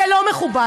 זה לא מכובד.